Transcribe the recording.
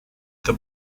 the